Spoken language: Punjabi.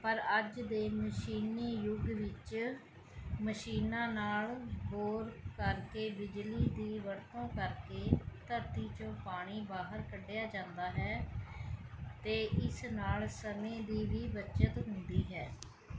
ਪਰ ਅੱਜ ਦੇ ਮਸ਼ੀਨੀ ਯੁੱਗ ਵਿੱਚ ਮਸ਼ੀਨਾਂ ਨਾਲ ਬੋਰ ਕਰਕੇ ਬਿਜਲੀ ਦੀ ਵਰਤੋਂ ਕਰਕੇ ਧਰਤੀ ਚੋਂ ਪਾਣੀ ਬਾਹਰ ਕੱਢਿਆ ਜਾਂਦਾ ਹੈ ਅਤੇ ਇਸ ਨਾਲ ਸਮੇਂ ਦੀ ਵੀ ਬੱਚਤ ਹੁੰਦੀ ਹੈ